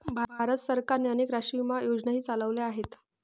भारत सरकारने अनेक राष्ट्रीय विमा योजनाही चालवल्या आहेत